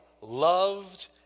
loved